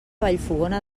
vallfogona